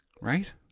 Right